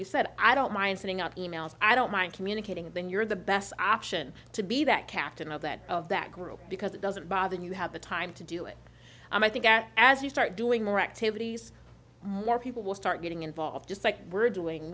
you said i don't mind sending out e mails i don't mind communicating then you're the best option to be that captain of that of that group because it doesn't bother you have the time to do it and i think that as you start doing more activities more people will start getting involved just like we're doing